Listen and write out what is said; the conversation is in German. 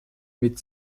mit